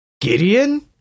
Gideon